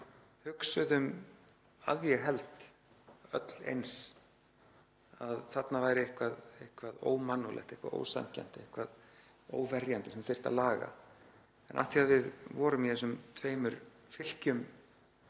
hugsuðum, að ég held, öll eins, að þarna væri eitthvað ómannúðlegt, eitthvað ósanngjarnt, eitthvað óverjandi sem þyrfti að laga. En af því að við vorum í þessum tveimur fylkjum